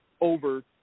over